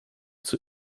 zur